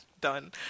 done